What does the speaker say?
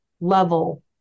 level